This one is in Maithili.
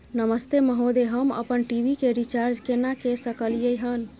नमस्ते महोदय, हम अपन टी.वी के रिचार्ज केना के सकलियै हन?